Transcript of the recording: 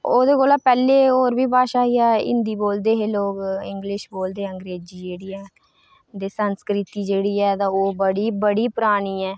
ओह्दे कोला पैंह्ले होर बी भाशा हिंदी बोलदे हे लोग इंग्लिश बोलदे हे अंग्रेजी जेह्ड़ी संस्कृति जेह्ड़ी ऐ ओह् बड़ी बड़ी परानी ऐ